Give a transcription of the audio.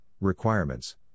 requirements